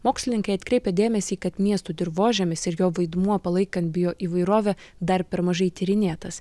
mokslininkai atkreipia dėmesį kad miestų dirvožemis ir jo vaidmuo palaikant bioįvairovę dar per mažai tyrinėtas